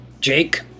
Jake